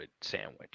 Sandwich